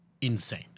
insane